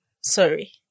Sorry